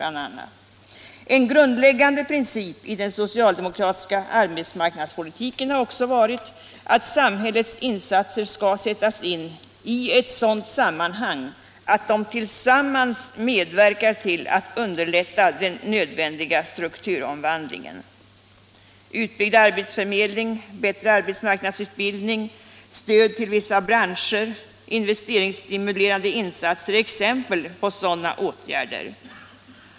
En grundläggande princip i den socialdemokratiska arbetsmarknadspolitiken har också varit att samhällets insatser skall sättas in i ett sådant sammanhang att de tillsammans medverkar till att underlätta den nödvändiga strukturomvandlingen. Utbyggd arbetsförmedling, bättre arbetsmarknadsutbildning, stöd till vissa branscher, investeringsstimulerande insatser är exempel på sådana åtgärder.